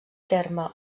terme